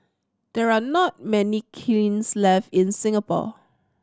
there are not many kilns left in Singapore